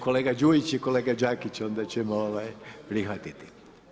Kolega Đujić i kolega Đakić, onda ćemo prihvatiti.